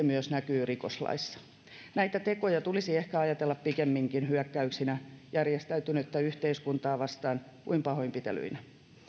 myös näkyy rikoslaissa näitä tekoja tulisi ehkä ajatella pikemminkin hyökkäyksinä järjestäytynyttä yhteiskuntaa vastaan kuin pahoinpitelyinä